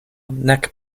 nek